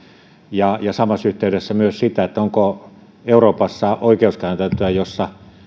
ja samassa yhteydessä myös sitä onko euroopassa oikeuskäytäntöä jossa